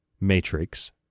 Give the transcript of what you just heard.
matrix